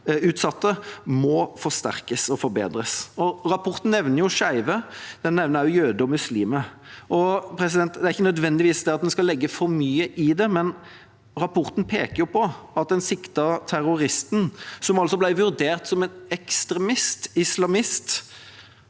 må forsterkes og forbedres. Rapporten nevner skeive, og den nevner også jøder og muslimer. Det er ikke nødvendigvis det at en skal legge for mye i det, men rapporten peker på at den siktede terroristen – som ble vurdert som en ekstrem islamist